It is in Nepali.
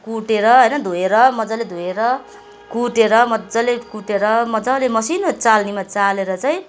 कुटेर होइन धोएर मजाले धोएर कुटेर मजाले कुटेर मजाले मसिनो चाल्नीमा चालेर चाहिँ